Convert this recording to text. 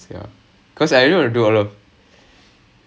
at the double major நாலே:naalae the is restricted is it